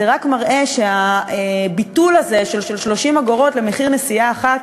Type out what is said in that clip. זה רק מראה שהביטול הזה של 30 אגורות למחיר נסיעה אחת,